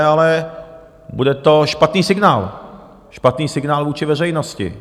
Ale bude to špatný signál, špatný signál vůči veřejnosti.